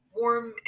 warm